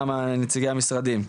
נציגי המשרדים.